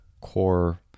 core